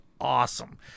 awesome